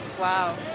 wow